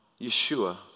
Yeshua